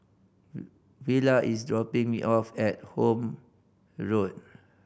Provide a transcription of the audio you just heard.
Willa is dropping me off at Horne Road